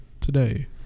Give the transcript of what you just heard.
Today